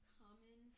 common